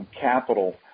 capital